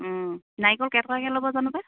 নাৰিকল কেই টকাকে ল'ব জানো পায়